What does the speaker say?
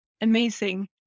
amazing